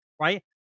right